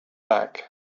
back